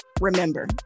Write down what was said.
remember